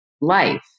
life